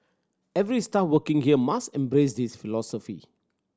every staff working here must embrace this philosophy